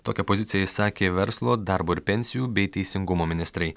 tokią poziciją išsakė verslo darbo ir pensijų bei teisingumo ministrai